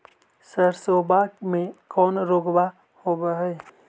सरसोबा मे कौन रोग्बा होबय है?